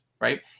Right